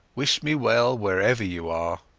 wish me well, wherever you are a